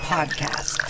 Podcast